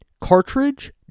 Cartridge